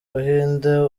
buhinde